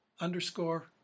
underscore